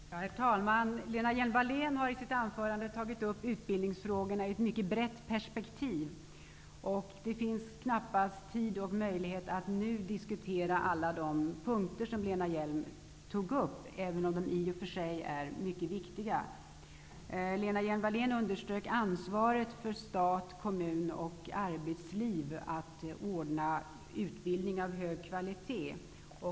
Herr talman! Lena Hjelm-Walle n har i sitt anförande tagit upp utbildningsfrågorna ur ett mycket brett perspektiv. Det finns knappast tid och möjlighet att nu diskutera alla de punkter som Lena Hjelm-Walle n tog upp, även om de i och för sig är mycket viktiga. Lena Hjelm-Walle n underströk det ansvar som åligger stat, kommun och arbetsliv att ordna utbildning av hög kvalitet.